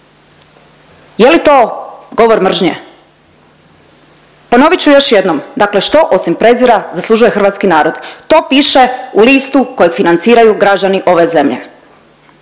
Je li to govor mržnje? Ponovit ću još jednom, dakle što osim prezira zaslužuje hrvatski narod? To piše u listu kojeg financiraju građani ove zemlje.